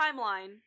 timeline